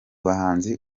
bahanzi